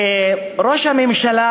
ראש הממשלה